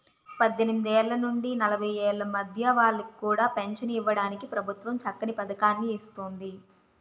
పద్దెనిమిదేళ్ల నుండి నలభై ఏళ్ల మధ్య వాళ్ళకి కూడా పెంచను ఇవ్వడానికి ప్రభుత్వం చక్కని పదకాన్ని ఇస్తోంది